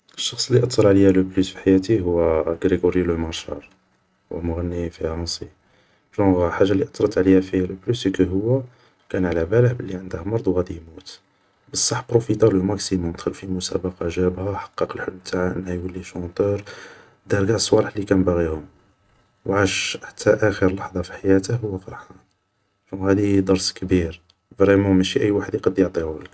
الشخص اللي اتر عليا لو بلوس في حياتي هو غريغوري لو مارشال, هو مغني فرنسي, جونغ حاجة اللي اترت عليا فيه لة بلوس سي كو هو كان علاباله بلي عنده مرض و غادي يموت, بصح بوفيتا لو ماكسيمون, دخل في مسابقة جابها, حقق الحلم تاعه انه يولي شونتور, دار قاع الصوالح لي كان باغيهم, و عاش حتى اخر لحضة في حياته و هو فرحان, جونغ هادي درس كبير, فريمون ماشي اي واحد يقدر يعطيهولك